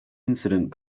incident